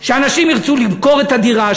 שאנשים ירצו למכור את הדירה,